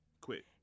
quit